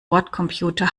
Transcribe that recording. bordcomputer